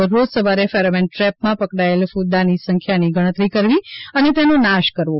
દરરોજ સવારે ફેરોમોન ટ્રેપમાં પકડાયેલ કુદાંની સંખ્યાની ગણતરી કરવી અને તેનો નાશ કરવો